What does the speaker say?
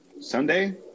sunday